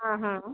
हाँ हाँ